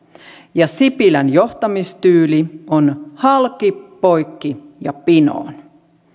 ja sipilän johtamistyyli on halki poikki ja pinoon